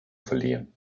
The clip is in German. verlieren